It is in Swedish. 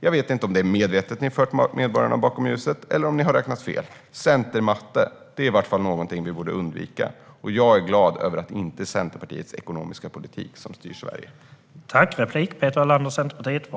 Jag vet inte om ni medvetet har fört medborgarna bakom ljuset eller om ni har räknat fel. Centermatte är i varje fall någonting vi borde undvika. Jag är glad över att det inte är Centerpartiets ekonomiska politik som styr Sverige.